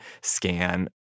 scan